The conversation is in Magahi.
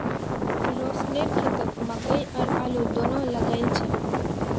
रोशनेर खेतत मकई और आलू दोनो लगइल छ